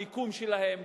המיקום שלהן,